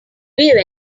were